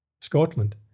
Scotland